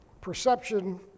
Perception